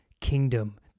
kingdom